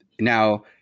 now